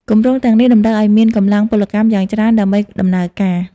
គម្រោងទាំងនេះតម្រូវឱ្យមានកម្លាំងពលកម្មយ៉ាងច្រើនដើម្បីដំណើរការ។